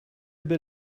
bit